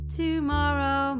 tomorrow